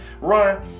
run